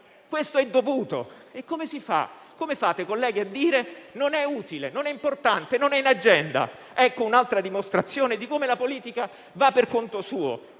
questo è un atto dovuto. Come fate, colleghi, a dire che non è utile, non è importante o non è in agenda? È un'altra dimostrazione di come la politica va per conto suo